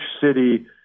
city